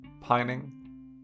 Pining